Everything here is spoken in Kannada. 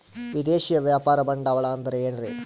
ವಿದೇಶಿಯ ವ್ಯಾಪಾರ ಬಂಡವಾಳ ಅಂದರೆ ಏನ್ರಿ?